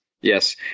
Yes